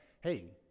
hey